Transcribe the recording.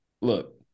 look